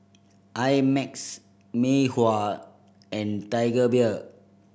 I Max Mei Hua and Tiger Beer